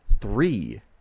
Three